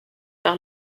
par